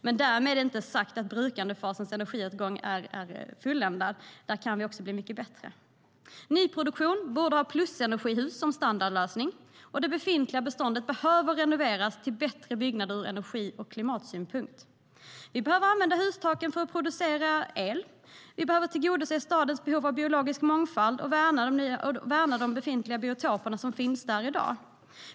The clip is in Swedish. Därmed är dock inte sagt att brukandefasens energiåtgång är fulländad. Där kan vi också bli mycket bättre. Nyproduktion, med plusenergihus som standardlösning, och det befintliga beståndet behöver renoveras till bättre byggnader ur energi och klimatsynpunkt. Vi behöver använda hustaken för att producera el. Vi behöver tillgodose stadens behov av biologisk mångfald och värna de befintliga biotoperna.